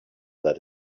that